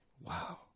wow